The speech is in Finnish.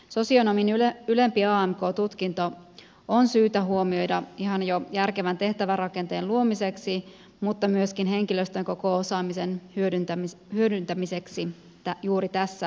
sosionomin ylempi amk tutkinto on syytä huomioida ihan jo järkevän tehtävärakenteen luomiseksi mutta myöskin henkilöstön koko osaamisen hyödyntämiseksi juuri tässä laissa